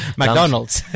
McDonalds